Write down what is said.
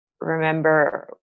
remember